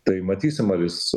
tai matysim ar jis